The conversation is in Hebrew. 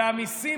והמיסים,